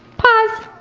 pause.